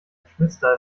geschwister